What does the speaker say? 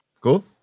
Cool